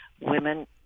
Women